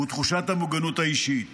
ותחושת המוגנות האישית.